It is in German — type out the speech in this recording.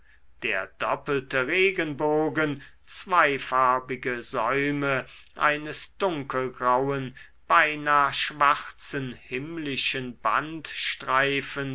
der doppelte regenbogen zweifarbige säume eines dunkelgrauen beinah schwarzen himmlischen